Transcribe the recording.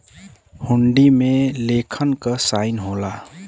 हुंडी में लेखक क साइन होला